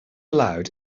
allowed